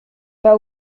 pas